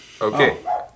Okay